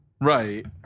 Right